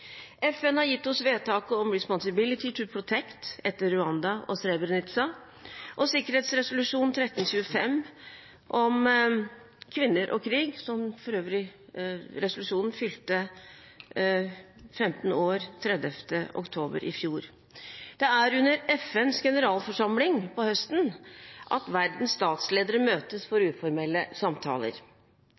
FN har gitt oss vedtaket om «Responsibility to Protect» etter Rwanda og Srebrenica og sikkerhetsresolusjon 1325 om kvinner og krig, som for øvrig fylte 15 år den 31. oktober i fjor. Det er under FNs generalforsamling på høsten at verdens statsledere møtes for uformelle samtaler.